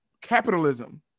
capitalism